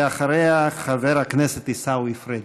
ואחריה, חבר הכנסת עיסאווי פריג'.